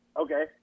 okay